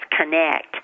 connect